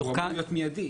וזה אמור להיות מיידי.